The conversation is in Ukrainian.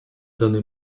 даний